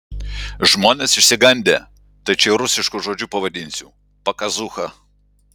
žmonės išsigandę tai čia rusišku žodžiu pavadinsiu pakazūcha